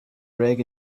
rig